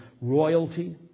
royalty